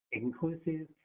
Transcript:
inclusive,